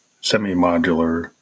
semi-modular